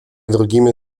другими